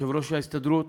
שיושב-ראש ההסתדרות